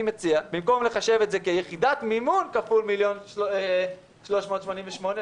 אני מציע במקום לחשב את זה כיחידת מימון כפול 1.388 מיליון,